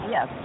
Yes